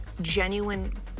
genuine